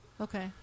okay